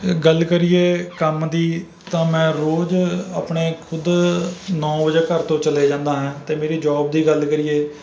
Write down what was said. ਗੱਲ ਕਰੀਏ ਕੰਮ ਦੀ ਤਾਂ ਮੈਂ ਰੋਜ਼ ਆਪਣੇ ਖ਼ੁਦ ਨੌ ਵਜੇ ਘਰ ਤੋਂ ਚਲਿਆ ਜਾਂਦਾ ਹਾਂ ਅਤੇ ਮੇਰੀ ਜੋਬ ਦੀ ਗੱਲ ਕਰੀਏ